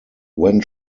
when